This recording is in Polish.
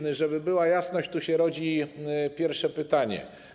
I żeby była jasność, tu się rodzi pierwsze pytanie.